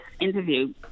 interview